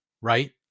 right